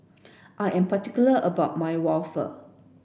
I am particular about my waffle